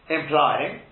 implying